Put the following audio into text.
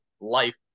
life